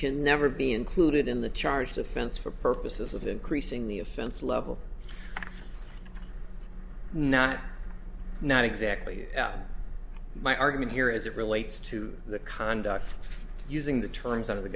can never be included in the charge defense for purposes of increasing the offense level not not exactly my argument here as it relates to the conduct using the terms of the